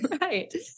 right